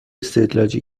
استعلاجی